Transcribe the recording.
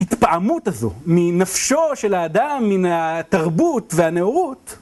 התפעמות הזו מנפשו של האדם, מן התרבות והנאורות